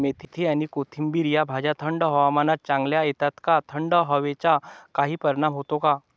मेथी आणि कोथिंबिर या भाज्या थंड हवामानात चांगल्या येतात का? थंड हवेचा काही परिणाम होतो का?